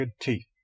teeth